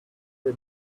was